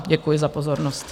Děkuji za pozornost.